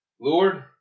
Lord